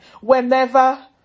Whenever